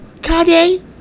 Kanye